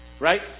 right